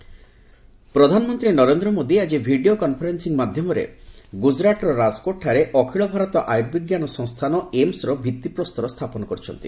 PM AIIMS ପ୍ରଧାନମନ୍ତ୍ରୀ ନରେନ୍ଦ୍ର ମୋଦି ଆଜି video conferencing ମାଧ୍ୟମରେ ଗୁଜୁରାଟ୍ର ରାଜକୋଟ୍ଠାରେ ଅଖିଳ ଭାରତ ଆୟୁର୍ବିଜ୍ଞାନ ସଂସ୍ଥାନ ଏମ୍୍ ର ଭିତ୍ତିପ୍ରସ୍ତର ସ୍ଥାପନ କରିଛନ୍ତି